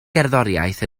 gerddoriaeth